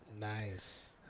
Nice